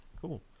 cool